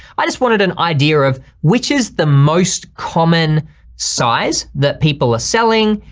i just wanted an idea of which is the most common size that people are selling?